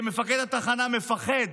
מפקד התחנה מפחד